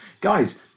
Guys